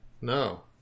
No